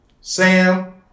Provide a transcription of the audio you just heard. Sam